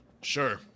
Sure